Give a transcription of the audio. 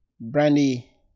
Brandy